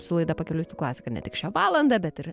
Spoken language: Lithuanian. su laida pakeliui su klasika ne tik šią valandą bet ir